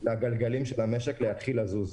למשק לנוע.